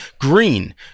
Green